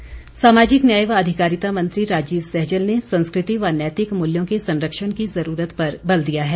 सहजल सामाजिक न्याय व अधिकारिता मंत्री राजीव सहजल ने संस्कृति व नैतिक मूल्यों के संरक्षण की ज़रूरत पर बल दिया है